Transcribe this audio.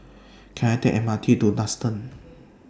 Can I Take M R T to Duxton